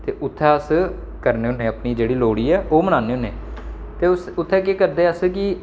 ते उत्थें अस करने होन्ने आं अपनी जेह्ड़ी लोह्ड़ी ऐ ओह् मनान्ने होन्ने ते उत्थें केह् करदे अस कि